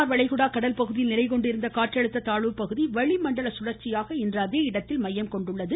வானிலை வளைகுடா கடல்பகுதியில் நிலைகொண்டிருந்த காற்றழுத்த மன்னார் தாழ்வுப்பகுதி வளிமண்டல சுழற்சியாக இன்று அதே இடத்தில் மையம் கொண்டுள்ளது